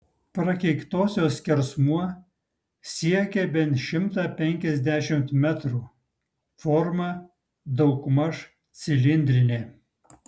prakeiktosios skersmuo siekia bent šimtą penkiasdešimt metrų forma daugmaž cilindrinė